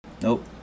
nope